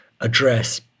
address